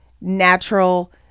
natural